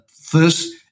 first